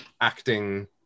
acting